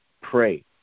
pray